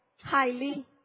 highly